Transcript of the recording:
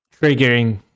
triggering